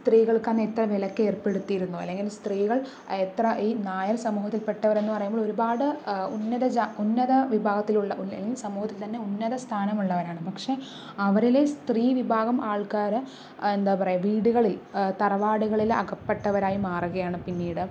സ്ത്രീകൾക്ക് അന്ന് എത്ര വിലക്ക് ഏർപ്പെടുത്തിയിരുന്നു അല്ലെങ്കിൽ സ്ത്രീകൾ എത്ര ഈ നായർ സമൂഹത്തിൽപ്പെട്ടവരെന്ന് പറയുമ്പോൾ ഒരുപാട് ഉന്നത ഉന്നത വിഭാഗത്തിലുള്ള സമൂഹത്തിൽ തന്നെ ഉന്നത സ്ഥാനമുള്ളവരാണ് പക്ഷെ അവരിലെ സ്ത്രീ വിഭാഗം ആൾക്കാരെ എന്താ പറയുക വീടുകളിൽ തറവാടുകളിൽ അകപ്പെട്ടവരായി മാറുകയാണ് പിന്നീട്